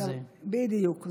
בדיוק.